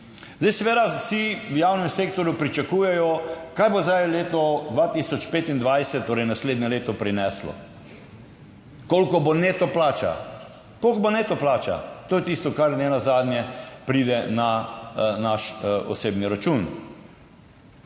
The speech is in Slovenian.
Zdaj, seveda vsi v javnem sektorju pričakujejo, kaj bo zdaj leto 2025, torej naslednje leto prineslo. Koliko bo neto plača? Koliko bo neto plača? To je tisto, kar nenazadnje pride na naš osebni račun.